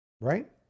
right